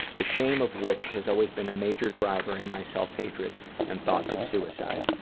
the shame of which has always been a major driver in my self-hatred and thoughts of suicide.